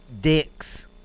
dicks